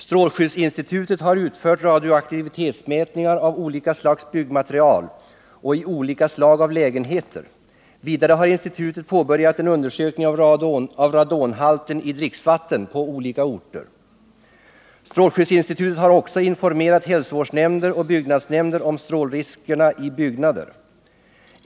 Strålskyddsinstitutet har utfört radioaktivitetsmätningar av olika slags byggmaterial och i olika slag av lägenheter. Vidare har institutet påbörjat en undersökning av radonhalten i dricksvatten på olika orter. Strålskyddsinstitutet har också informerat hälsovårdsnämnder och byggnadsnämnder om strålriskerna i byggnader.